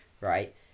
right